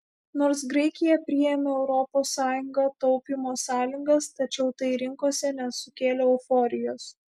nors graikija priėmė europos sąjunga taupymo sąlygas tačiau tai rinkose nesukėlė euforijos